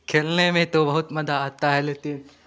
खेलने में तो बहुत मजा आता है लेकिन